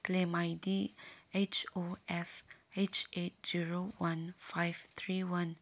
claim I D H O F H eight zero one five three one